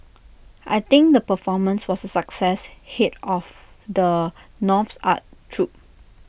I think the performance was A success Head of the North's art troupe